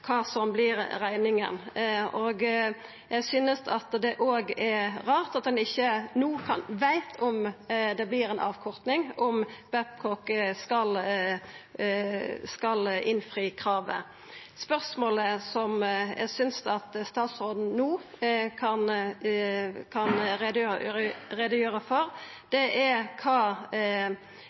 kva som vert rekninga. Eg synest òg det er rart at han ikkje no veit om det vert ei avkorting, om Babcock skal innfri kravet. Spørsmålet eg synest statsråden no kan gjera greie for, er kva